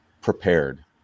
prepared